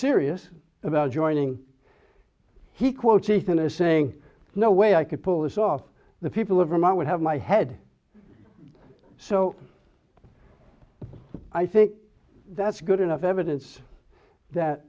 serious about joining he quotes ethan is saying no way i could pull this off the people of vermont would have my head so i think that's good enough evidence that